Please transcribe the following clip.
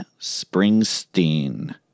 Springsteen